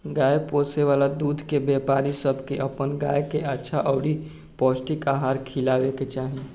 गाय पोसे वाला दूध के व्यापारी सब के अपन गाय के अच्छा अउरी पौष्टिक आहार खिलावे के चाही